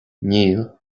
níl